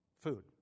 food